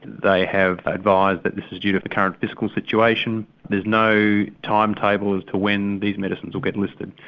they have advised that this is due to the current fiscal situation there's no timetable as to when these medicines will get listed.